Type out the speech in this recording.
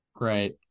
Right